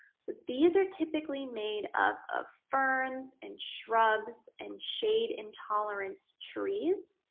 so these are typically made of ferns and shrubs and shade intolerance trees,